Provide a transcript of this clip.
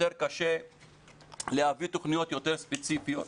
יותר קשה להביא תוכניות יותר ספציפיות,